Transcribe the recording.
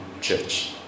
church